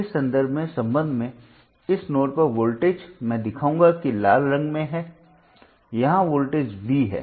इस संदर्भ के संबंध में इस नोड पर वोल्टेज मैं दिखाऊंगा कि लाल रंग में यहां वोल्टेज वी है